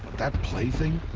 that plaything?